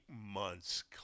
months